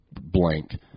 blank